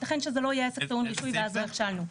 יתכן שזה לא יהיה עסק טעון רישוי ואז לא הכשלנו.